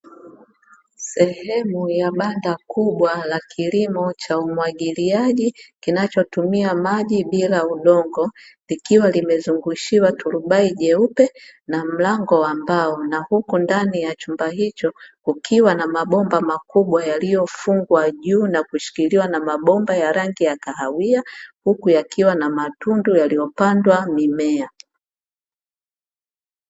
Sehemu ya banda kubwa la kilimo cha umwagiliji, kinachotumia maji bila udongo likiwa limezungushiwa turubai jeupe na mlango mbao na huko ndani ya chumba hicho, ukiwa na mabomba makubwa yaliyofungwa juu na kushikiliwa na mabomba ya rangi ya kahawia, huku yakiwa na matundu yaliyopandwa mimea.